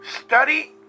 study